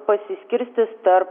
pasiskirstys tarp